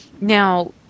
now